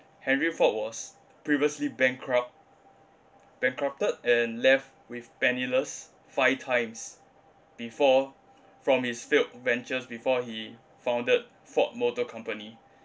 henry ford was previously bankrupt bankrupted and left with penniless five times before from his failed ventures before he founded Ford Motor Company